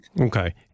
Okay